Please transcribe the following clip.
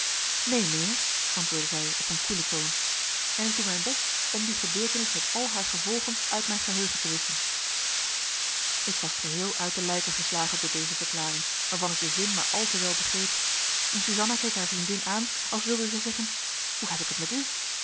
neen mijnheer antwoordde zij op een koelen toon en ik doe mijn best om die gebeurtenis met al haar gevolgen uit mijn geheugen te wisschen ik was geheel uit de lijken geslagen door deze verklaring waarvan ik den zin maar al te wel begreep en suzanna keek haar vriendin aan als wilde zij zeggen hoe heb ik het met u